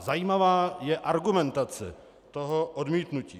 Zajímavá je argumentace toho odmítnutí.